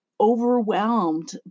overwhelmed